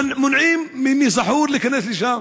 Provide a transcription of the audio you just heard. מונעים מ"סחור" להיכנס לשם.